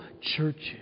churches